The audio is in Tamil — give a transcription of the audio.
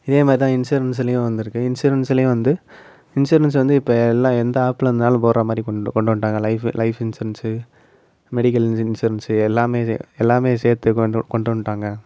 இதேமாதிரி தான் இன்சூரன்ஸ்லையும் வந்திருக்கு இன்சூரன்ஸுலையும் வந்து இன்சூரன்ஸ் வந்து இப்போ எல்லாம் எந்த ஆப்ல இருந்தாலும் போடுறா மாதிரி கொண் கொண்டு வந்துட்டாங்க life life insurance medical insurance எல்லாமே சே எல்லாமே சேர்த்து கொண்டு கொண்டு வந்துட்டாங்க